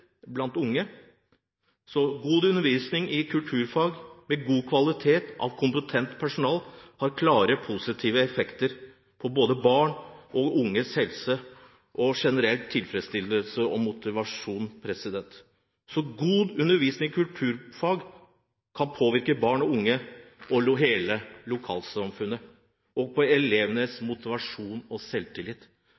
blant barn og unge. Så god undervisning i kulturfag, med god kvalitet og av kompetent personale, har klare positive effekter på barn og unges helse og generelle tilfredshet og motivasjon. God undervisning innen kulturfag kan påvirke barn og unge og hele lokalsamfunnet. Det kan også påvirke elevenes motivasjon og